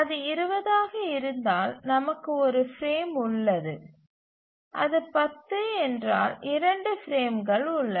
அது 20 ஆக இருந்தால் நமக்கு ஒரு பிரேம் உள்ளது அது 10 என்றால் 2 பிரேம்கள் உள்ளன